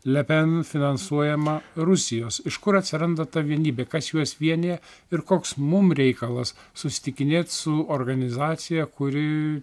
le pen finansuojama rusijos iš kur atsiranda ta vienybė kas juos vienija ir koks mum reikalas susitikinėt su organizacija kuri